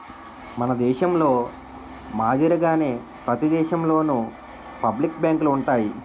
మన దేశంలో మాదిరిగానే ప్రతి దేశంలోనూ పబ్లిక్ బ్యాంకులు ఉంటాయి